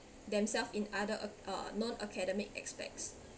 themselves in other uh non academic aspects